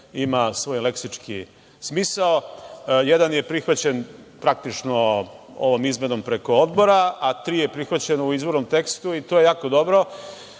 ima svoj leksički smisao. Jedan je prihvaćen praktično ovom izmenom preko odbora, a tri je prihvaćeno u izvornom tekstu i to lako dobro.